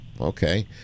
okay